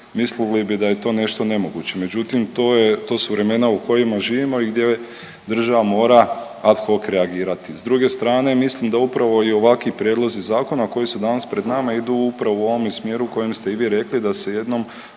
mislili bi da je to nešto nemoguće. Međutim, to su vremena u kojima živimo i gdje država mora ad hoc reagirati. S druge strane mislim da upravo i ovakvi prijedlozi zakona koji su danas pred nama idu upravo u ovome smjeru u kojem ste i vi rekli da se jednom